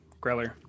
Greller